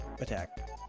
attack